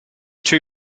two